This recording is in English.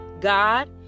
God